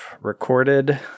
recorded